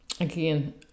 again